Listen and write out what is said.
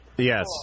Yes